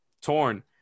torn